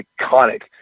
iconic